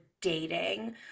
dating